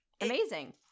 amazing